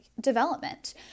development